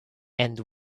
and